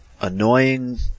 annoying